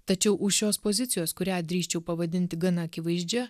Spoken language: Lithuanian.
tačiau už šios pozicijos kurią drįsčiau pavadinti gana akivaizdžia